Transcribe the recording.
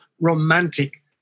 romantic